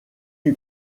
lui